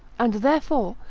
and therefore,